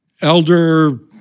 Elder